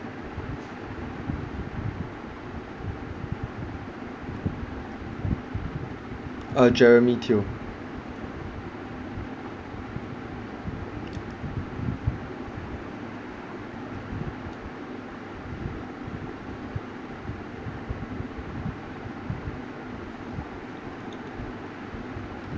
uh jeremy teo